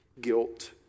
guilt